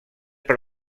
per